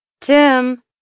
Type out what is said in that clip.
Tim